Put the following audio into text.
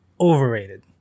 overrated